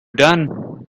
done